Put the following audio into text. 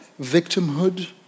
victimhood